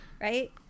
Right